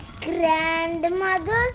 Grandmothers